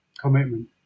Commitment